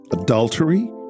adultery